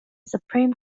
supreme